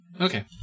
Okay